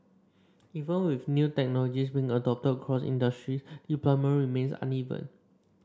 even with new technologies being adopted across industry deployment remains uneven